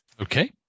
Okay